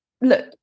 look